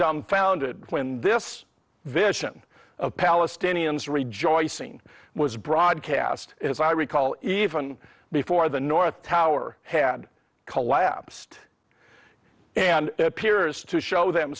dumbfounded when this vision of palestinians rejoicing was broadcast as i recall even before the north tower had collapsed and appears to show them